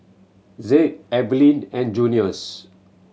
Zeke Eveline and Junious